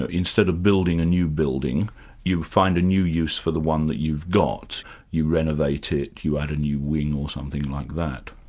ah instead of building a new building you find a new use for the one that you've got you renovate it, you add a new wing, or something like that.